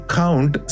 count